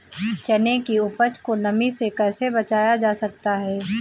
चने की उपज को नमी से कैसे बचाया जा सकता है?